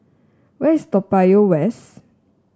where is Toa Payoh West